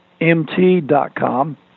mt.com